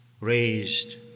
raised